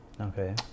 okay